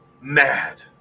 mad